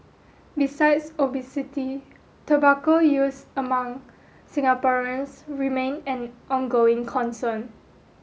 besides obesity tobacco use among Singaporeans remain an ongoing concern